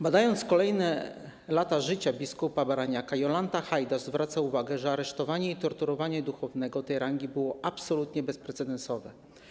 Badająca kolejne lata życia bp. Baraniaka Jolanta Hajdasz zwraca uwagę, że aresztowanie i torturowanie duchownego tej rangi było absolutnie bezprecedensowe.